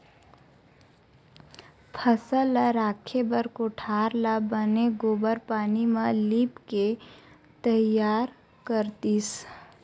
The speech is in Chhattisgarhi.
फसल ल राखे बर कोठार ल बने गोबार पानी म लिपके तइयार करतिस